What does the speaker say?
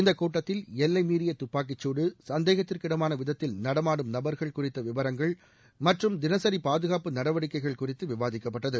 இந்த கூட்டத்தில் எல்லை மீறிய துப்பாக்கிச் குடு சந்தேகத்திற்கு இடமான விதத்தில் நடமாடும் நபர்கள் குறித்த விவரங்கள் மற்றும் தினசரி பாதுகாப்பு நடவடிக்கைகள் குறித்து விவாதிக்கப்பட்டது